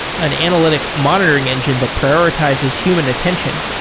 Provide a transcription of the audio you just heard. an analytic monitoring engine that prioritizes human attention.